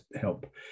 help